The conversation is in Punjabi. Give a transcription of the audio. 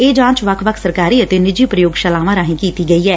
ਇਹ ਜਾਂਚ ਵੱਖ ਵੱਖ ਸਰਕਾਰੀ ਅਤੇ ਨਿੱਜੀ ਪ੍ਰਯੋਗਸ਼ਾਲਾਵਾਂ ਰਾਹੀਂ ਕੀਤੀ ਗਈ ਐ